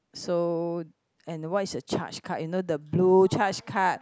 so and what's your chas card you know the blue chas card